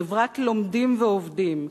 חברת לומדים ועובדים,